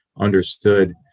understood